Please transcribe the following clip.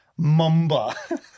mumba